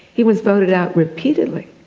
he was voted out repeatedly.